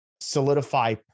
solidify